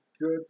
good